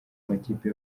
makipe